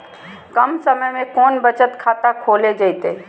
कम समय में कौन बचत खाता खोले जयते?